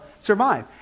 survive